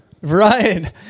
Right